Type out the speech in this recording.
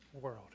world